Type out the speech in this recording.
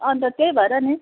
अन्त त्यही भएर नि